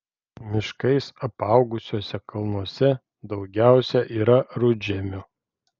miškais apaugusiuose kalnuose daugiausia yra rudžemių